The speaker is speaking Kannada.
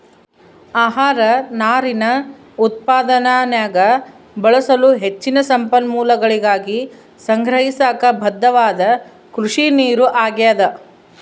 ಆಹಾರ ನಾರಿನ ಉತ್ಪಾದನ್ಯಾಗ ಬಳಸಲು ಹೆಚ್ಚಿನ ಸಂಪನ್ಮೂಲಗಳಿಗಾಗಿ ಸಂಗ್ರಹಿಸಾಕ ಬದ್ಧವಾದ ಕೃಷಿನೀರು ಆಗ್ಯಾದ